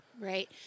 Right